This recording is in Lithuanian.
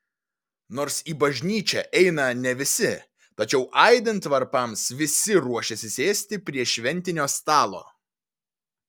nors į bažnyčią eina ne visi tačiau aidint varpams visi ruošiasi sėsti prie šventinio stalo